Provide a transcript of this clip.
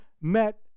met